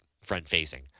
front-facing